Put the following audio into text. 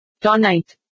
Tonight